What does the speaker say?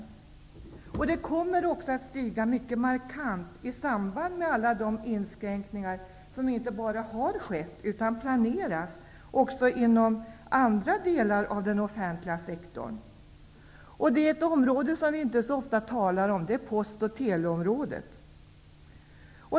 Antalet arbetslösa kommer också att stiga markant i samband med de inskränkningar som inte bara har gjorts utan som också planeras inom andra delar av den offentliga sektorn. Ett område som vi inte så ofta talar om är post och teleområdet.